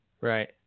Right